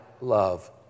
love